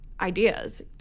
ideas